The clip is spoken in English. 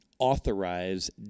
authorize